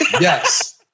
Yes